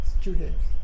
students